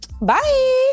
Bye